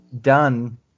done